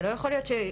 זה לא יכול להיות ש-,